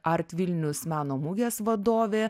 art vilnius meno mugės vadovė